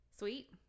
Sweet